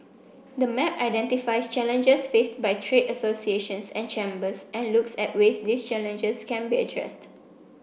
the map identifies challenges faced by trade associations and chambers and looks at ways these challenges can be addressed